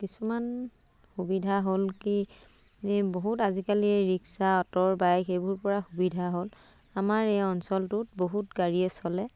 কিছুমান সুবিধা হ'ল কি এই বহুত আজিকালি ৰিক্সা অ'টোৰ বাইক সেইবোৰ পৰা সুবিধা হ'ল আমাৰ এই অঞ্চলটোত বহুত গাড়ীয়ে চলে